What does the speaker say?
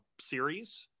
series